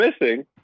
missing